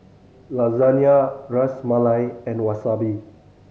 Lasagna Ras Malai and Wasabi